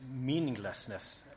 meaninglessness